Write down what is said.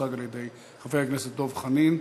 הוצג על-ידי חבר הכנסת דב חנין.